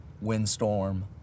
windstorm